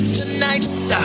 tonight